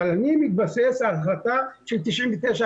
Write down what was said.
אבל אני מתבסס על ההחלטה של 99',